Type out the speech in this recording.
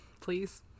Please